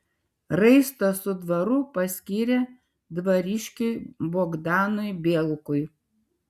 raistą su dvaru paskyrė dvariškiui bogdanui bielkui